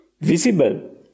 Visible